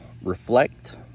reflect